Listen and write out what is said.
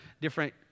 different